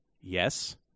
Yes